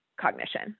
cognition